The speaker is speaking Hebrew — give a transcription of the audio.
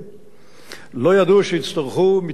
לא ידעו שיצטרכו מתקני התפלת מים?